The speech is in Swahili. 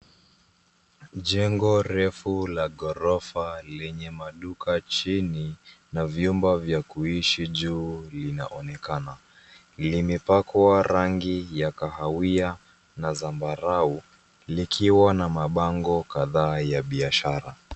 Jengo refu la ghorofa lenye maduka chini na vyumba vya kuishi juu linaonekana. Limepakwa rangi ya kahawia na zambarau likiwa na mabango kadhaa ya biashara.